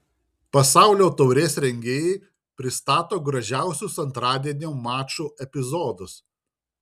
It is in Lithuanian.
pasaulio taurės rengėjai pristato gražiausius antradienio mačų epizodus